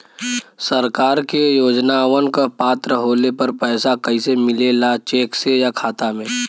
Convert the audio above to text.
सरकार के योजनावन क पात्र होले पर पैसा कइसे मिले ला चेक से या खाता मे?